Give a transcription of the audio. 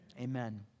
Amen